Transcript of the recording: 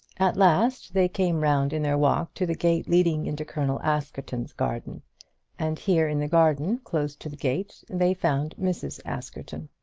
at last they came round in their walk to the gate leading into colonel askerton's garden and here in the garden, close to the gate, they found mrs. askerton.